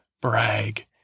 brag